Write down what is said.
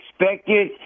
expected